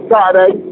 Saturday